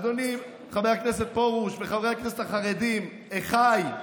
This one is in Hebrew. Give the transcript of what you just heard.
אדוני חבר הכנסת פרוש וחברי הכנסת החרדים, אחיי,